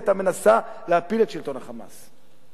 היתה מנסה להפיל את שלטון ה"חמאס".